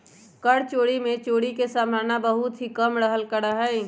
कर चोरी में चोरी के सम्भावना बहुत ही कम रहल करा हई